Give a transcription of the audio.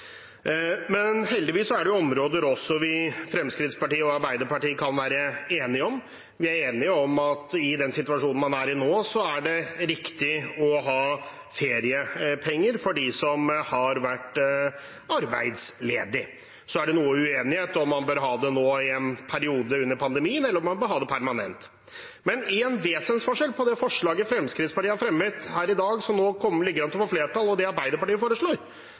Men heldigvis er det også områder vi i Fremskrittspartiet og Arbeiderpartiet kan være enige om. Vi er enige om at i den situasjonen man er i nå, er det riktig å ha feriepenger for dem som har vært arbeidsledig. Så er det noe uenighet om man bør ha det nå, i en periode under pandemien, eller om man bør ha det permanent. Men en vesensforskjell på det forslaget Fremskrittspartiet har fremmet i dag, som nå ligger an til å få flertall, og det Arbeiderpartiet foreslår,